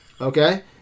Okay